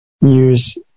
use